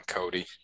Cody